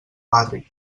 barri